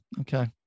okay